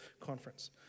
conference